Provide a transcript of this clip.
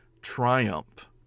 triumph